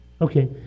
Okay